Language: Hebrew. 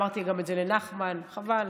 אמרתי את זה גם לנחמן, חבל,